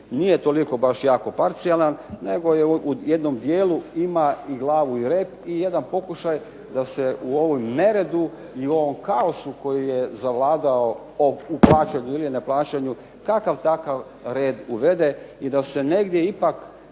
nije toliko jako parcijalan, nego u jednom dijelu ima i glavu i rep i jedan pokušaj da se u ovom neredu i u ovom kaosu koji je zavladao u plaćanju ili neplaćanju kakav takav red uvede i da se negdje ipak